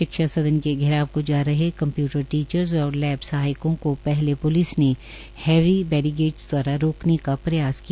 शिक्षा सदन के घेराव को जा रहे कंप्यूटर टीचर्स और लैब सहायकों को पहले प्रलिस ने हैवी बेरिगेट्स के दवारा रोकने का प्रयास किया